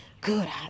Good